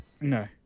No